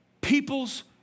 people's